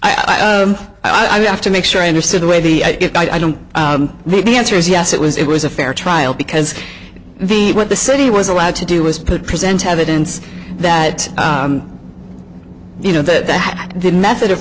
am i have to make sure i understood the way the if i don't maybe answer is yes it was it was a fair trial because the what the city was allowed to do was put present evidence that you know that the method of